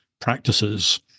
practices